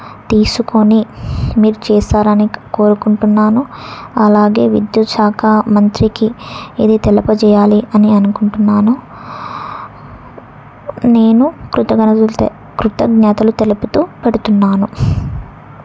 తీసుకొని మీరు చేస్తారని కోరుకుంటున్నాను అలాగే విద్యుత్ శాఖ మంత్రికి ఇది తెలియజేయాలి అని అనుకుంటున్నాను నేను కృతజ్ఞతలు తె కృతజ్ఞతలు తెలుపుతూ పెడుతున్నాను